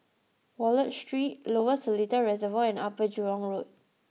Wallich Street Lower Seletar Reservoir and Upper Jurong Road